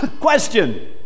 Question